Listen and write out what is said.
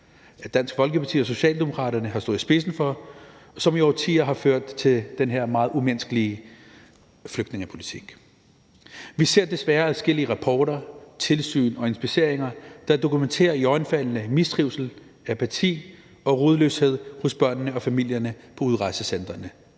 som Dansk Folkeparti og Socialdemokraterne har stået i spidsen for, og som i årtier har ført til den her meget umenneskelige flygtningepolitik. Vi ser desværre adskillige rapporter, tilsyn og inspektioner, der dokumenterer iøjnefaldende mistrivsel, apati og rodløshed hos børnene og familierne på udrejsecentrene.